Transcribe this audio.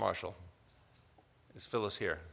marshall is phyllis here